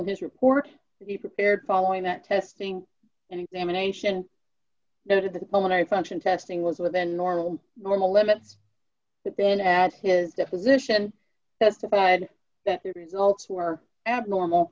his report he prepared following that testing and examination noted that momentary function testing was within normal normal limits but then at his deposition testified that the results were abnormal